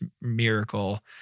miracle